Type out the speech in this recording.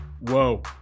Whoa